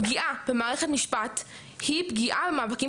פגיעה במערכת משפט היא פגיעה במאבקים